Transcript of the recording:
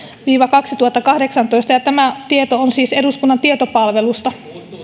viiva kaksituhattakahdeksantoista ja tämä tieto on siis eduskunnan tietopalvelusta